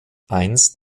einst